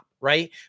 Right